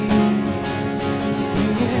Singing